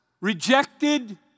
rejected